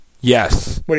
Yes